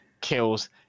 kills